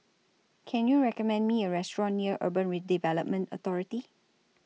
Can YOU recommend Me A Restaurant near Urban Redevelopment Authority